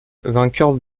vainqueur